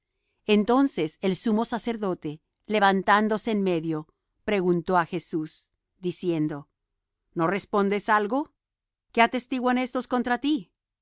entonces el sumo sacerdote levantándose en medio preguntó á jesús diciendo no respondes algo qué atestiguan estos contra ti